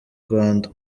rwanda